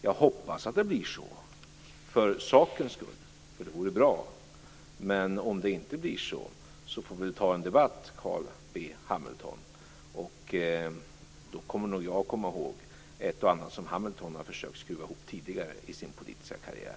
Jag hoppas att det blir så för sakens skull - det vore bra - men om det inte blir så, får vi väl ta upp en debatt, Carl B Hamilton. Då kommer nog jag att komma ihåg ett och annat som Hamilton har försökt skruva ihop tidigare i sin politiska karriär.